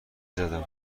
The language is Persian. زدم